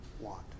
want